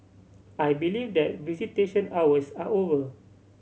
I believe that visitation hours are over